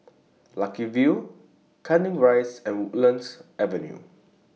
Lucky View Canning Rise and Woodlands Avenue